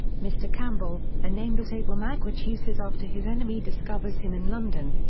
mr. campbell, a name that abel magwitch uses after his enemy discovers him in london.